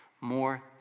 more